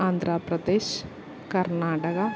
Andhra Pradesh Karnataka